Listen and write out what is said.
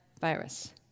virus